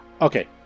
Okay